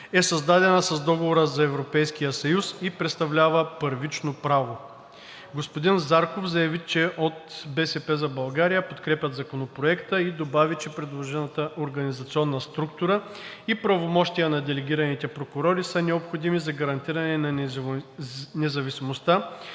е създадена с Договора за Европейския съюз и представлява първично право. Господин Зарков заяви, че от „БСП за България“ подкрепят Законопроекта, и добави, че предложената организационна структура и правомощия на делегираните прокурори са необходими за гарантиране на независимостта